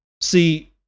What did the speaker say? See